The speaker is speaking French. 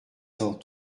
cent